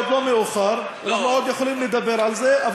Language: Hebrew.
עוד לא מאוחר כי עוד יכולים לדבר על זה.